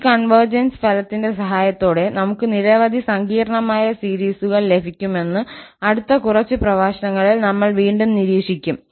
ഈ കൺവെർജെൻസ് ഫലത്തിന്റെ സഹായത്തോടെ നമുക്ക് നിരവധി സങ്കീർണ്ണമായ സീരീസ്കൾ ലഭിക്കുമെന്ന് അടുത്ത കുറച്ച് പ്രഭാഷണങ്ങളിൽ നമ്മൾ വീണ്ടും നിരീക്ഷിക്കും